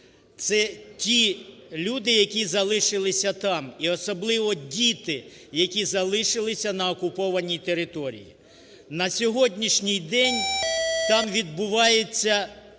Це ті люди, які залишилися там, і особливо діти, які залишилися на окупованій території. На сьогоднішній день там відбувається